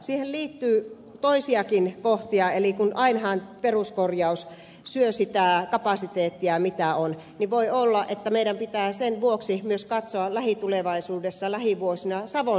siihen liittyy toisiakin kohtia eli ainahan peruskorjaus syö sitä kapasiteettia mitä on niin voi olla että meidän pitää sen vuoksi myös katsoa lähitulevaisuudessa lähivuosina savon rataan